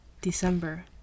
December